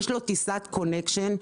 יש לו טיסת קונקשן,